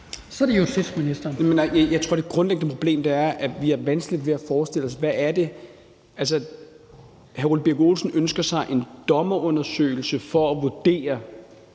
(Peter Hummelgaard): Nej, jeg tror, at det grundlæggende problem er, at vi har vanskeligt ved at forestille os, hvad det er. Hr. Ole Birk Olesen ønsker sig en dommerundersøgelse for at vurdere,